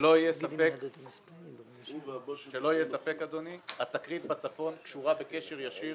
שלא יהיה ספק אדוני, התקרית בצפון קשורה בקשר ישיר